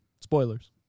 Spoilers